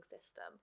system